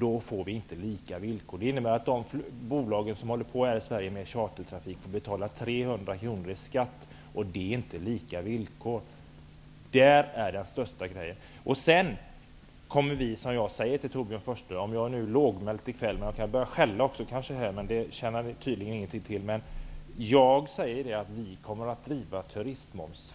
Då blir inte villkoren lika. Det innebär att de bolag här i Sverige som flyger chartertrafik betalar 300 kr i skatt. Det är inte lika villkor. Även om jag är lågmäld i kväll -- men jag kan börja skälla också, fast det tjänar väl ingenting till -- säger jag att vi i Ny demokrati nu kommer att driva frågan om turistmoms